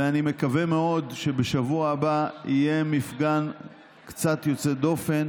ואני מקווה מאוד שבשבוע הבא יהיה מפגן קצת יוצא דופן,